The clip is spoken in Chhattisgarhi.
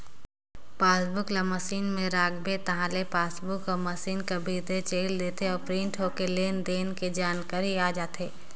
पासबुक ल मसीन में राखबे ताहले पासबुक हर मसीन कर भीतरे चइल देथे अउ प्रिंट होके लेन देन के जानकारी ह आ जाथे